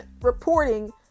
reporting